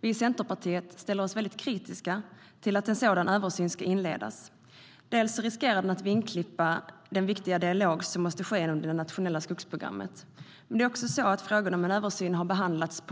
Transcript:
Vi i Centerpartiet ställer oss kritiska till att en sådan översyn ska inledas. Dels riskerar den att vingklippa den viktiga dialog som måste ske inom det nationella skogsprogrammet, dels har frågan om en översyn behandlats